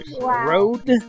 Road